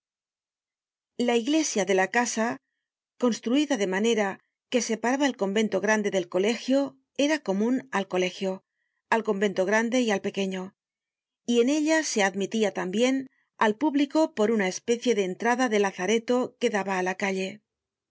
la iglesia de la casa construida de manera que separaba el convento grande del colegio era comun al colegio al convento grande y al pequeño y en ella se admitia tambien al público por una especie de entrada de lazareto que daba á la calle